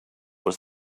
was